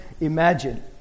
imagine